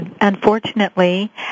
unfortunately